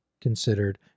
considered